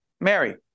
Mary